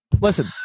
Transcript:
Listen